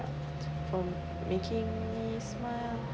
from making me smile